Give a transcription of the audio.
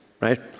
right